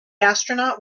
astronaut